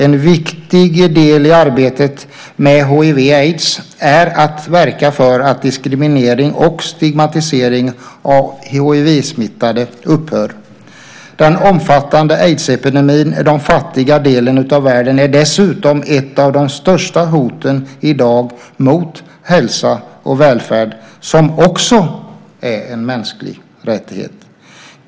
En viktig del i arbetet med hiv/aids är att verka för att diskriminering och stigmatisering av hivsmittade upphör. Den omfattande aidsepidemin i den fattiga delen av världen är dessutom ett av de största hoten i dag mot hälsa och välfärd som också är en mänsklig rättighet.